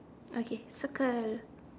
okay circle